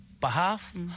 behalf